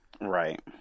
Right